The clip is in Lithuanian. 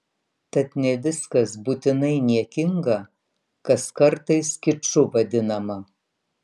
tad ne viskas būtinai niekinga kas kartais kiču vadinama